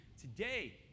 today